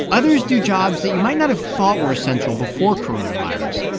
others do jobs that you might not have thought were essential before coronavirus,